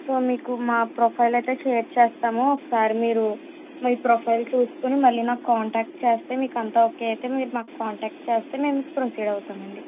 so మీకు మా profile అయితే షేర్ చేస్తాము ఒకసారి మీరు మీ ప్రొఫైల్ చూసుకుని మళ్ళీ నాకు కాంటాక్ట్ చేస్తే మీకు అంతా ఓకే అయితే మీరు నాకు కాంటాక్ట్ చేస్తే మేము ప్రొసీడ్ అవుతామండి